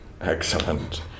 Excellent